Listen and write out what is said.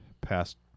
past